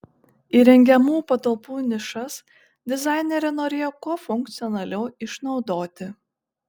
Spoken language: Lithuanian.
įrengiamų patalpų nišas dizainerė norėjo kuo funkcionaliau išnaudoti